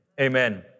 Amen